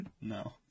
No